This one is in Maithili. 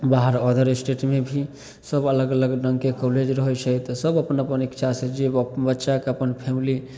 बाहर अदर एस्टेटमे भी सब अलग अलग रङ्गके कॉलेज रहै छै तऽ सब अपन अपन इच्छासे जे बच्चाके अपन फैमिली